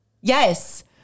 Yes